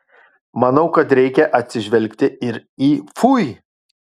manau kad reikia atsižvelgti ir į fui